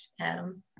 Adam